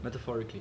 metaphorically